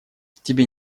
тебе